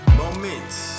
moments